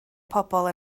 pobl